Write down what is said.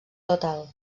total